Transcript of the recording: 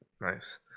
Nice